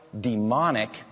demonic